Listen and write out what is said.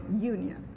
union